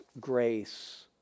grace